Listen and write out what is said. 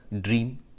Dream